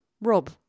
Rob